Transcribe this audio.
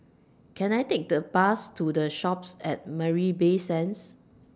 Can I Take The Bus to The Shoppes At Marina Bay Sands